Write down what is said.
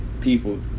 people